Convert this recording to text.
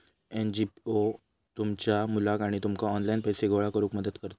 NGO तुमच्या मुलाक आणि तुमका ऑनलाइन पैसे गोळा करूक मदत करतत